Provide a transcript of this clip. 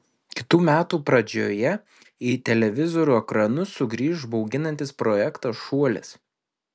kitų metų pradžioje į televizorių ekranus sugrįš bauginantis projektas šuolis